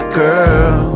girl